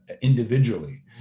individually